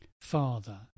father